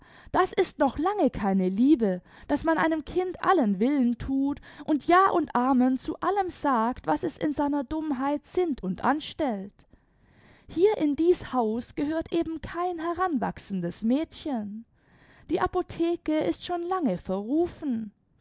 das ist noch lange keine liebe daß man einem kind allen willi tut und ja und amen zu allem sagt was es in seiner dummheit sinnt und anstellt hier in dies haus gehört eben kein heranwachsendes mädchen die apotheke ist schon lange verrufen